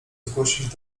zgłosić